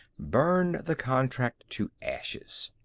burned the contract to ashes.